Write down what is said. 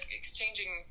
exchanging